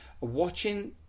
Watching